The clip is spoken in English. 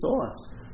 thoughts